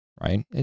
right